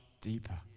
deeper